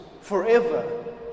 forever